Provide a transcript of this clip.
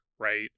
right